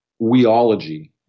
weology